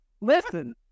listen